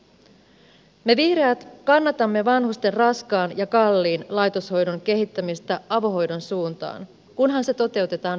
me vihreät kannatamme vanhusten raskaan ja kalliin laitoshoidon kehittämistä avohoidon suuntaan kunhan se toteutetaan viisaasti